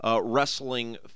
wrestling